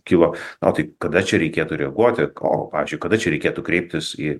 kilo o tai kada čia reikėtų reaguoti o pavyzdžiui kada čia reikėtų kreiptis į